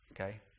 okay